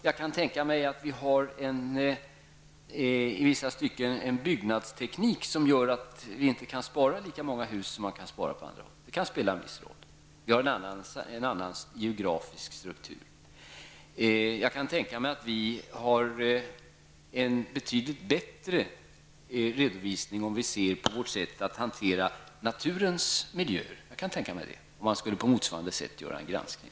Jag kan tänka mig att vi i vissa i delar har en annan byggnadsteknik som gör att vi inte kan spara lika många hus som man kan göra på håll. Det kan spela en viss roll. Vi har en annan geografisk struktur. Jag kan tänka mig att vi har en betydligt bättre redovisning, om vi ser på vårt sätt hantera naturens miljöer och om man på motsvarande sätt skulle göra en granskning.